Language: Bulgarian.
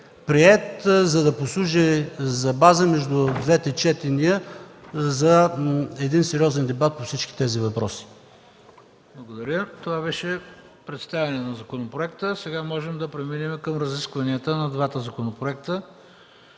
приет, за да послужи за база между двете четения за един сериозен дебат по всички тези въпроси. ПРЕДСЕДАТЕЛ ХРИСТО БИСЕРОВ: Благодаря. Това беше представяне на законопроекта. Сега можем да преминем към разискванията на двата законопроекта.